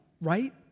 Right